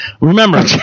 Remember